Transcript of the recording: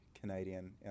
Canadian